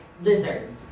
lizards